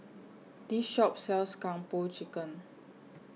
This Shop sells Kung Po Chicken